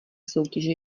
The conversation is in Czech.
soutěže